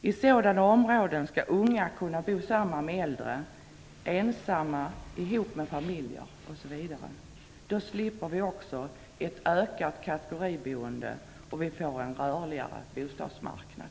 I sådana områden skall unga kunna bo samman med äldre, ensamma ihop med familjer osv. Då slipper vi också ett ökat kategoriboende, och vi får en rörligare bostadsmarknad.